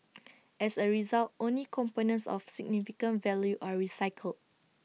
as A result only components of significant value are recycled